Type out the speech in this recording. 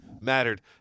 mattered